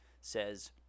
says